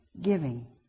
Giving